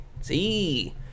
See